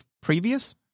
previous